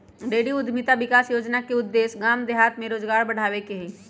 dairy उद्यमिता विकास योजना के उद्देश्य गाम देहात में रोजगार बढ़ाबे के हइ